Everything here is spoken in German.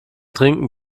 trinken